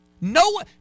No